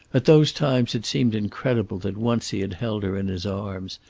at those times it seemed incredible that once he had held her in his arms,